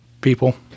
people